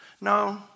No